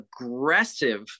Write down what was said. aggressive